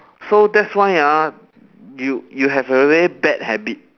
so that's why ah you you have a very bad habit